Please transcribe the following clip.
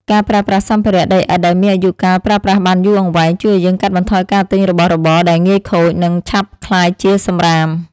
ការប្រើប្រាស់សម្ភារៈដីឥដ្ឋដែលមានអាយុកាលប្រើប្រាស់បានយូរអង្វែង ជួយឱ្យយើងកាត់បន្ថយការទិញរបស់របរដែលងាយខូច និង ឆាប់ក្លាយជាសម្រាម។